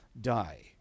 die